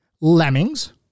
Lemmings